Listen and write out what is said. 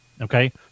okay